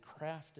crafted